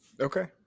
Okay